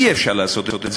אי-אפשר לעשות את זה,